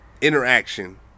interaction